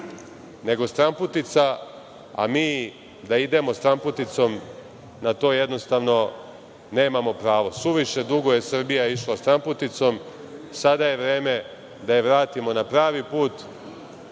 nego stranputica, a mi da idemo stranputicom na to jednostavno nemamo pravo. Suviše dugo je Srbija išla stranputicom. Sada je vreme da je vratimo na pravi put,